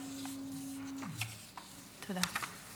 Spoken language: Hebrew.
תודה.